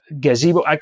gazebo